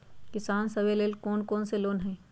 किसान सवे लेल कौन कौन से लोने हई?